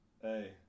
Hey